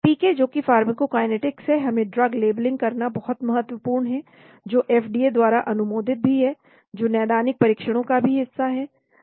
पीके जोकि फार्माकोकाइनेटिक्स है हमें ड्रग लेबलिंग करना बहुत महत्वपूर्ण है जो एफडीए द्वारा अनुमोदित भी है जो नैदानिक परीक्षणों का भी हिस्सा है